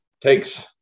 Takes